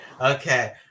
okay